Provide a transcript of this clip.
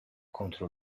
contro